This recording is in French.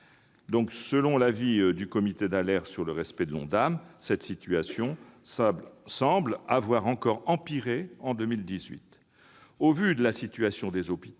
Selon l'avis du comité d'alerte sur le respect de l'ONDAM, cette situation aurait encore empiré en 2018. Au vu de la situation des hôpitaux,